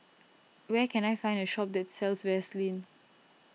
where can I find a shop that sells Vaselin